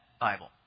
Bible